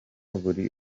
buri